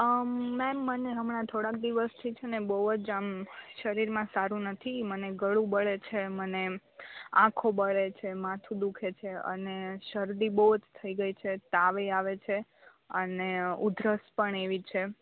અ ma'am મને હમણાં થોડાક દિવસથી છેને બહુ જ આમ શરીરમાં સારું નથી મને ગળું બરે છે મને આંખો બરે છે માથું દુખે છે અને શરદી બહુ જ થઈ ગઈ છે તાવે આવે છે અને ઉધરસ પણ એવી છે